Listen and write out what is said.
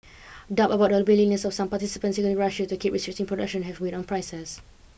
doubts about the willingness of some participants including Russia to keep restricting production have weighed on prices